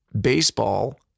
baseball